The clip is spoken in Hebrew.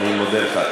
אני מודה לך.